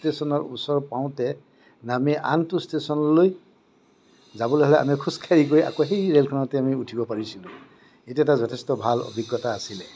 ষ্টেচনৰ ওচৰ পাওঁতে নামি আনটো ষ্টেচনলৈ যাবলৈ হ'লে আমি খোজকাঢ়ি গৈ আকৌ সেই ৰেলখনতে আমি উঠিব পাৰিছিলোঁ সেইটো এটা যথেষ্ট ভাল অভিজ্ঞতা আছিলে